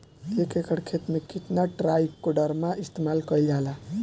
एक एकड़ खेत में कितना ट्राइकोडर्मा इस्तेमाल कईल जाला?